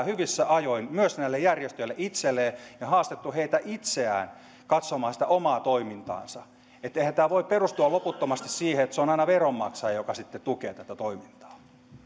hyvissä ajoin myös näille järjestöille itselleen ja haastaneet niitä itseään katsomaan omaa toimintaansa eihän tämä voi perustua loputtomasti siihen että se on aina veronmaksaja joka tukee tätä toimintaa